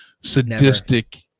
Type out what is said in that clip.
sadistic